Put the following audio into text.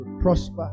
prosper